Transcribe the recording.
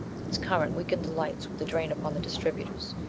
its current weakened the lights with the drain upon the distributors,